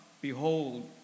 behold